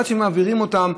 עד שמעבירים אותן,